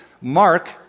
Mark